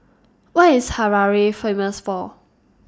What IS Harare Famous For